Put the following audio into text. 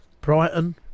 Brighton